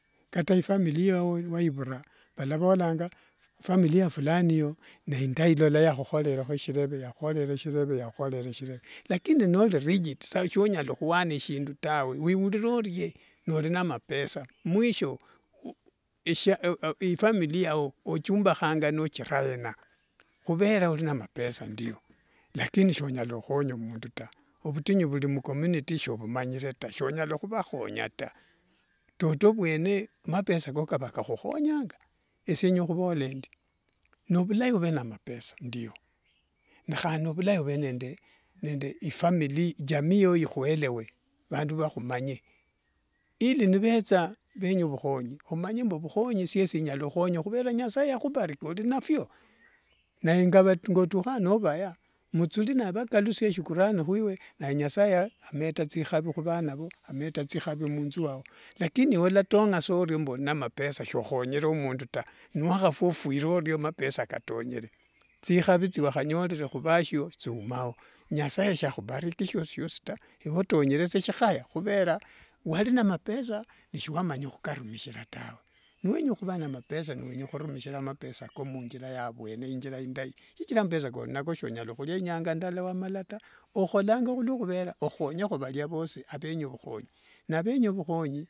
Kata waifamilia yao waivura valavolanga ifamilia ya fulani eyo niyindai lola yahuhorera shireve yahuhorera shireve lakini noli rigid sa shonyala khwena shindu tawe wiwurira orie noli na mapesa, mwisho ifamily yao ochumbakhanga nochira ena. Khuvera oli na mapesa ndio, lakini sonyala khukhonya mundu taa. Ovutinyu vuli mcommunity sovumanyire taa shonyala khuvakhonya taa. toto vwene mapesa ako kavakakhukhonyanga. Esie nyakhuvola endio, nivulai ove ne mapesa ndio nehandi nivilai ove nende ifamily jamii, jamii yo ikhuelewe ili nivetha nivenya vukhonyi omanye mbu ovukhonyi siesi nyala khukhonya khuvera nasaye yakhubarikia olinaphio. Naye ngotukha novaya muthuli navo nivakalusia shukurani hwiwe naye nasaye ameta thikhavi khuvana voo, ameta thikhavi munthu mwao. Lakini wslatonga sorio namapesa sokhonyere mundu taa niwakhafwa ofwire endio mapesa katongere. Thikhavi thiwakhanyorere huvasio thiumao. Ne nasaye sakhubarikie shioshi shioshi taa ewe otongere sa shikhaya khuvera walina mapesa n siwamanya khukarumishira tawe. Niwenya khuva na mapesa niwenya khurumishira mapesa ko munthira yavuene inthira indai, mapesa kolinako shonyala walia inyanga ndala wamala taa. Okholanfa khuluokhuvera okhonyekho valia venya vukhonyi na venya vukhonyi.